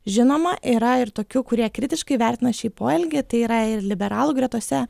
žinoma yra ir tokių kurie kritiškai vertina šį poelgį tai yra ir liberalų gretose